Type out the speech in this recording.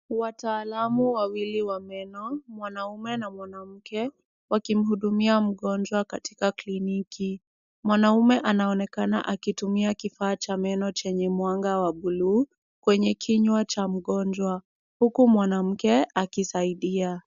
Wataalamu wawili wa meno, mwanaume na mwanamke wakimhudumia mgonjwa katika kliniki. Mwanaume anaonekana akitumia kifaa cha meno chenye mwanga wa buluu kwenye kinywa cha mgonjwa huku mwanamke akisaidia.